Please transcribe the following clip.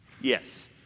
Yes